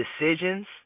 decisions